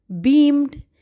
beamed